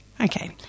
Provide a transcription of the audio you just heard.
Okay